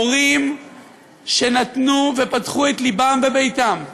הורים שנתנו ופתחו את לבם וביתם לאימוץ,